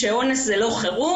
שאונס זה לא חירום.